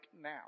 now